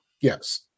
yes